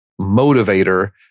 motivator